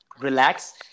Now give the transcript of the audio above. relax